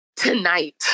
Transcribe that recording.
tonight